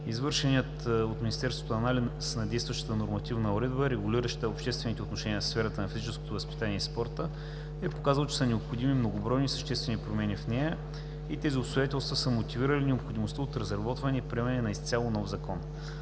Извършеният от Министерството анализ на действащата нормативна уредба, регулираща обществените отношения в сферата на физическото възпитание и спорта, е показал, че са необходими многобройни и съществени промени в нея и тези обстоятелства са мотивирали необходимостта от разработването и приемането на изцяло нов закон.